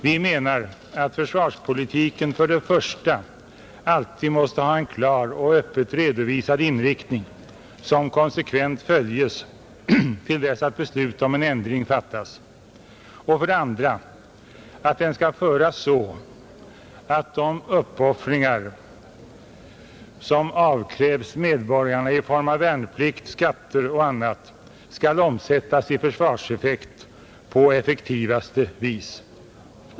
Vi menar att försvarspolitiken för det första alltid måste ha en klar och öppet redovisad inriktning som konsekvent följs till dess att beslut om ändring fattas och för det andra att den skall föras så att de uppoffringar som avkrävs medborgarna i form av värnplikt, skatter och annat skall omsättas i försvarseffekt på effektivaste vis.